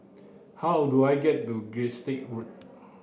how do I get to Gilstead Road